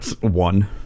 One